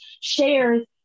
Shares